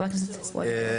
הכל בסדר.